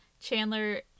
Chandler